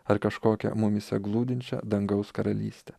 ar kažkokią mumyse glūdinčią dangaus karalystę